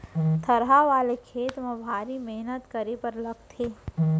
थरहा वाले खेत म भारी मेहनत करे बर लागथे